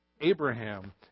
Abraham